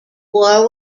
war